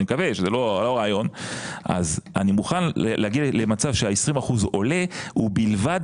כשאני כשרה הצגתי את החוק הזה בוועדת